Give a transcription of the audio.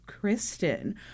Kristen